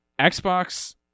Xbox